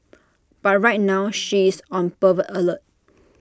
but right now she is on pervert alert